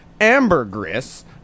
ambergris